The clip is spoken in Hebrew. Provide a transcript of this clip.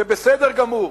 זה בסדר גמור.